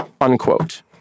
Unquote